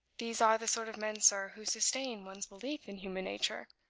these are the sort of men, sir, who sustain one's belief in human nature.